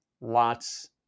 Lots